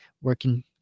working